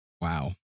Wow